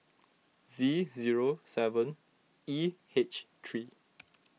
Z zero seven E H three